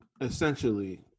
essentially